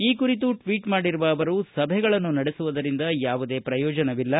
ಈ ಕುರಿತು ಟ್ವೀಟ್ ಮಾಡಿರುವ ಅವರು ಸಭೆಗಳನ್ನು ನಡೆಸುವುದರಿಂದ ಯಾವುದೇ ಪ್ರಯೋಜನವಿಲ್ಲ